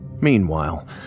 Meanwhile